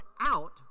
out